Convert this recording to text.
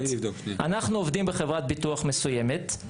אנחנו עובדים בחברת ביטוח מסוימת.